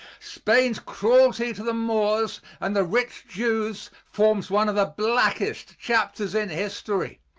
spain's cruelty to the moors and the rich jews forms one of the blackest chapters in history.